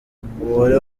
umubare